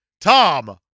Tom